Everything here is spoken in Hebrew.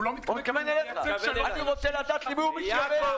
הוא לא מתכוון --- אני רוצה לדעת למי הוא מתכוון.